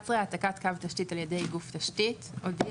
העתקת קו תשתית על ידי גוף תשתית 11. הודיע